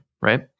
right